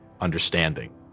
understanding